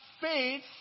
faith